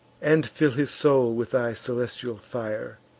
and fill his soul with thy celestial fire!